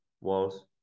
walls